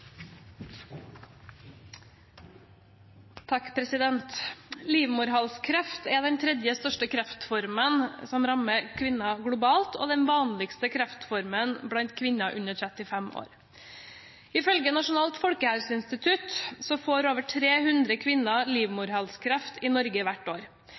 Livmorhalskreft er den tredje største kreftformen som rammer kvinner globalt og den vanligste kreftformen blant kvinner under 35 år. Ifølge Nasjonalt folkehelseinstitutt får over 300 kvinner livmorhalskreft i Norge hvert år.